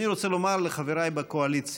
אני רוצה לומר לחבריי בקואליציה,